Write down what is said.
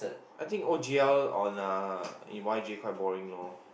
I think O_G_L on uh in Y_J quite boring loh